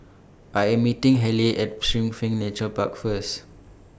I Am meeting Haleigh At Springleaf Nature Park First